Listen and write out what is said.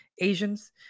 Asians